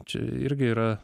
čia irgi yra